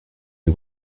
who